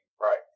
Right